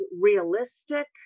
realistic